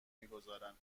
میگذارند